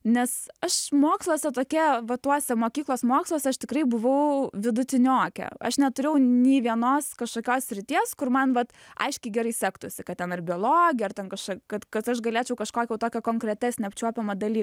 nes aš moksluose tokia va tuose mokyklos moksluose aš tikrai buvau vidutiniokė aš neturėjau nė vienos kažkokios srities kur man vat aiškiai gerai sektųsi kad ten ir biologija ar ten kaž kad kad aš galėčiau kažkokį jau tokį konkretesnį apčiuopiamą daly